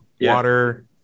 water